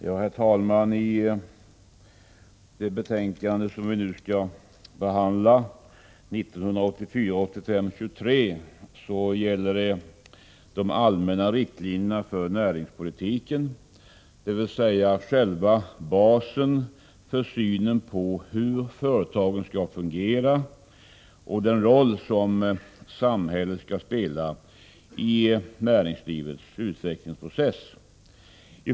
Herr talman! I näringsutskottets betänkande 1984/85:23 behandlas bl.a. de allmänna riktlinjerna för näringspolitiken, dvs. själva basen för synen på hur företagen skall fungera och den roll som samhället skall spela i näringslivets utvecklingsprocess.